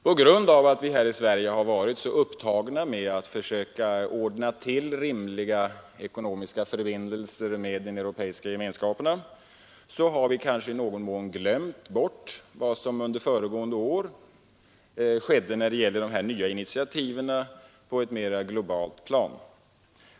På grund av att vi här i Sverige har varit så upptagna med att försöka ordna till rimliga ekonomiska förbindelser med de europeiska gemenskaperna har vi kanske i någon mån glömt bort vad som under föregående år skedde när det gällde de nya initiativen på ett mera globalt plan.